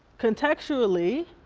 contextually,